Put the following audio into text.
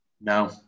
No